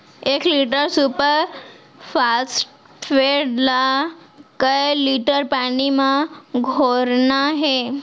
एक litre super phosphate ला कए लीटर पानी मा घोरना हे?